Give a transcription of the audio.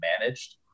managed